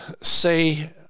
say